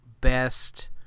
best